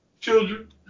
Children